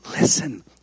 listen